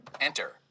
enter